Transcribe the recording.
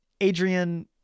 Adrian